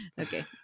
Okay